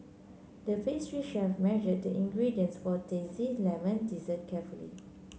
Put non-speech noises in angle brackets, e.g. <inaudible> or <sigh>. the pastry chef measured the ingredients for <unintelligible> lemon dessert carefully